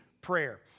prayer